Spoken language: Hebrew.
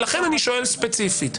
ולכן אני שואל ספציפית,